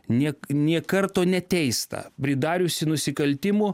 niek nė karto neteista pridariusi nusikaltimų